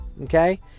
Okay